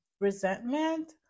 resentment